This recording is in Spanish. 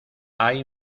hay